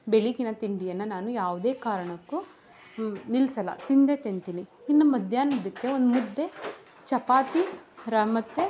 ಬೆಳಗ್ಗಿನ ತಿಂಡಿಯನ್ನು ನಾನು ಯಾವುದೇ ಕಾರಣಕ್ಕೂ ನಿಲ್ಲಿಸಲ್ಲ ತಿಂದೇ ತಿಂತೀನಿ ಇನ್ನು ಮಧ್ಯಾಹ್ನದಕ್ಕೆ ಒಂದು ಮುದ್ದೆ ಚಪಾತಿ ರಾ ಮತ್ತು